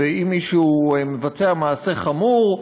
ואם מישהו מבצע מעשה חמור,